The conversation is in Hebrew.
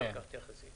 אחר כך תתייחסי.